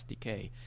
SDK